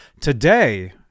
Today